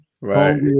right